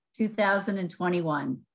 2021